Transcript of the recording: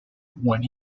when